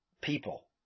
people